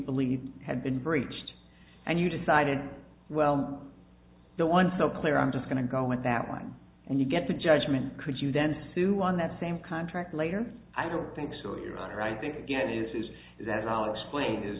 believe had been breached and you decided well i'm the one so clear i'm just going to go with that one and you get the judgment could you then sue on that same contract later i don't think so your honor i think again it says that and i'll explain i